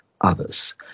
others